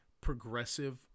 progressive